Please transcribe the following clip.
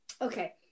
Okay